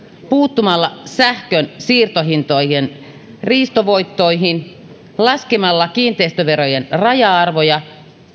puuttumalla sähkön siirtohintojen riistovoittoihin laskemalla kiinteistöverojen raja arvoja